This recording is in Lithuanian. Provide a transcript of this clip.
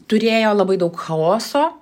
turėjo labai daug chaoso